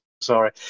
sorry